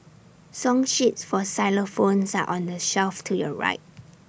song sheets for xylophones are on the shelf to your right